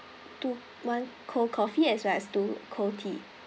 two one cold coffee as well as two cold tea